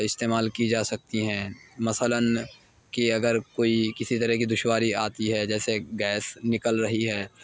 استعمال کی جا سکتی ہیں مثلاً کہ اگر کوئی کسی طرح کی دشواری آتی ہے جیسے گیس نکل رہی ہے